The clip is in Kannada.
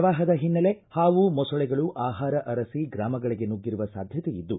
ಪ್ರವಾಪದ ಹಿನ್ನೆಲೆ ಹಾವು ಮೊಸಳೆಗಳು ಆಹಾರ ಅರಸಿ ಗ್ರಾಮಗಳಿಗೆ ನುಗ್ಗಿರುವ ಸಾಧ್ಯತೆ ಇದ್ದು